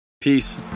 Peace